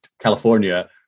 California